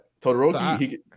Todoroki